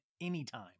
anytime